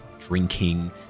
drinking